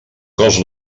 cos